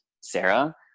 Sarah